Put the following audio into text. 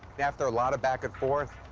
after a lot of back-and-forth,